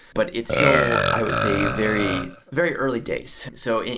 but it's still i would say very very early days. so,